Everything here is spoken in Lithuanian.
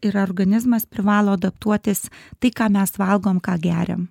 ir organizmas privalo adaptuotis tai ką mes valgom ką geriam